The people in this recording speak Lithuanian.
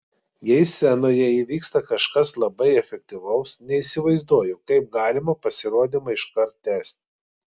jei scenoje įvyksta kažkas labai efektyvaus neįsivaizduoju kaip galima pasirodymą iškart tęsti